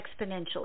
exponentially